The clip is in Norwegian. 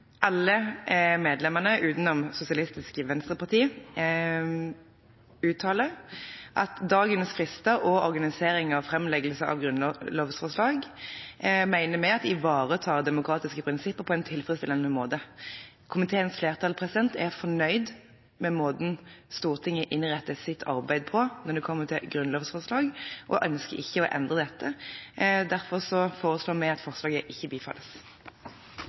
Alle medlemmene, unntatt medlemmet fra Sosialistisk Venstreparti, uttaler at dagens frister og organisering av framleggelse av grunnlovsforslag ivaretar demokratiske prinsipper på en tilfredsstillende måte. Komiteens flertall er fornøyd med måten Stortinget innretter sitt arbeid på når det gjelder grunnlovsforslag, og ønsker ikke å endre dette. Derfor foreslår vi at forslaget ikke bifalles.